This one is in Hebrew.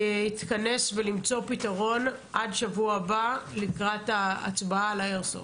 להתכנס ולמצוא פתרון עד שבוע הבא לקראת ההצבעה על האיירסופט.